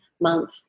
month